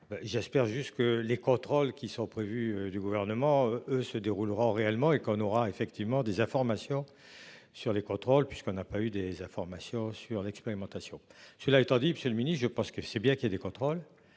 j'espère juste que les contrôles qui sont prévus du gouvernement se déroulera au réellement et qu'on aura effectivement des informations. Sur les contrôles, puisqu'on n'a pas eu des informations sur l'expérimentation. Cela étant dit, Monsieur le Ministre, je pense que c'est bien qu'il y a des contrôles.